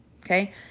okay